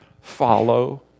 follow